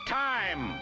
time